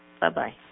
Bye-bye